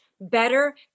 better